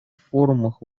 форумах